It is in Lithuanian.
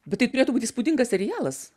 bet tai turėtų būt įspūdingas serialas